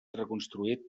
reconstruït